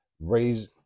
raise